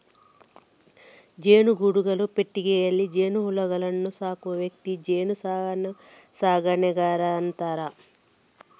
ಜೇನುಗೂಡುಗಳು, ಪೆಟ್ಟಿಗೆಗಳಲ್ಲಿ ಜೇನುಹುಳುಗಳನ್ನ ಸಾಕುವ ವ್ಯಕ್ತಿಗೆ ಜೇನು ಸಾಕಣೆಗಾರ ಅಂತಾರೆ